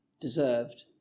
deserved